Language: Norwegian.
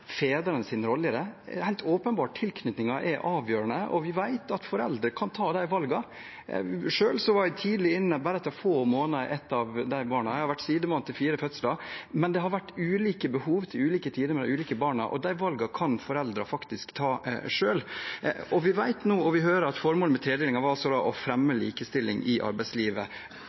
rolle. Det er helt åpenbart at tilknytning er avgjørende, og vi vet at foreldre kan ta de valgene. Selv var jeg tidlig hjemme, etter bare få måneder, med av barna. Jeg har vært sidemann ved fire fødsler, men det har vært ulike behov til ulike tider med de ulike barna. De valgene kan foreldrene faktisk ta selv. Vi hører at formålet med tredelingen var å fremme likestilling i arbeidslivet.